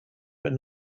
but